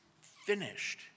finished